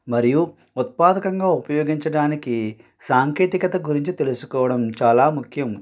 మరియు ఉత్పాదకంగా ఉపయోగించడానికి సాంకేతికత గురించి తెలుసుకోవడం చాలా ముఖ్యం